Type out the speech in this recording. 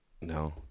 No